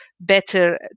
better